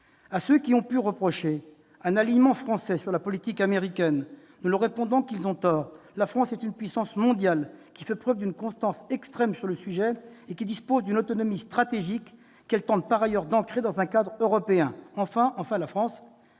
À ceux qui ont pu reprocher un alignement français sur la politique américaine, nous répondons qu'ils ont tort. La France est une puissance mondiale faisant preuve d'une constance extrême sur le sujet et disposant d'une autonomie stratégique, qu'elle tente par ailleurs d'ancrer dans un cadre européen. Enfin, la France